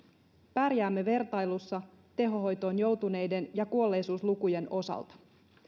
pärjäämme vertailussa tehohoitoon joutuneiden ja kuolleisuuslukujen osalta